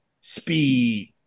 Speed